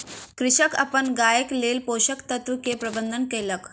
कृषक अपन गायक लेल पोषक तत्व के प्रबंध कयलक